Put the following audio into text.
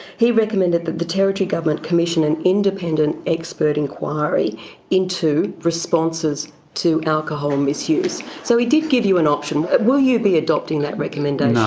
he recommended that the territory government commission an independent expert inquiry into responses to alcohol misuse. so he did give you an option. will you be adopting that recommendation? no,